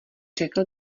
řekl